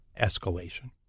escalation